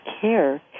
care